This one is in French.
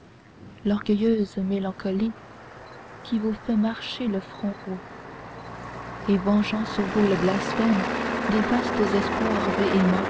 l'orgueilleuse mélancolie qui vous fait marcher le front haut et vengeant sur vous le blasphème des vastes espoirs